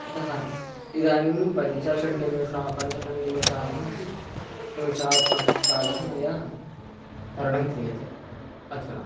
अतः इदानिं पञ्च षड् निमिषं पञ्च षड् निमिषम् अपि निमिषात्मकः कालः मया तरणं क्रियते अधुना